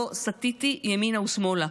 לא סטיתי ימינה ושמאלה,